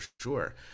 sure